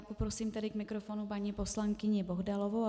Poprosím tedy k mikrofonu paní poslankyni Bohdalovou.